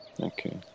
Okay